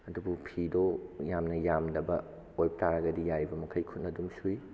ꯑꯗꯨꯕꯨ ꯐꯤꯗꯣ ꯌꯥꯝꯅ ꯌꯥꯝꯗꯕ ꯑꯣꯏꯕ ꯇꯔꯒꯗꯤ ꯌꯥꯔꯤꯕ ꯃꯈꯩ ꯈꯨꯠꯅ ꯑꯗꯨꯝ ꯁꯨꯏ